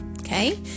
okay